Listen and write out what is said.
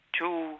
two